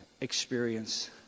experience